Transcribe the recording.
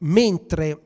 mentre